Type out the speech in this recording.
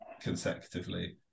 consecutively